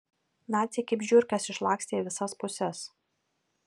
naciai kaip žiurkės išlakstė į visas puses